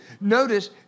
Notice